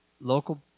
Local